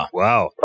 wow